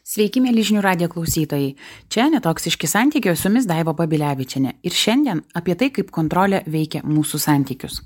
sveiki mieli žinių radijo klausytojai čia netoksiški santykiai o su jumis daiva babilevičienė ir šiandien apie tai kaip kontrolė veikia mūsų santykius